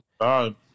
god